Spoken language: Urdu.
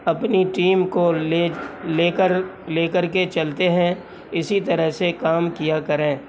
اپنی ٹیم کو لے لے کر لے کر کے چلتے ہیں اسی طرح سے کام کیا کریں